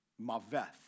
maveth